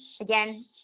again